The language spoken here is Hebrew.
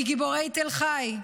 מגיבורי תל חי: